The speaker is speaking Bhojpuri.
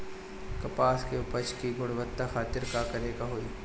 कपास के उपज की गुणवत्ता खातिर का करेके होई?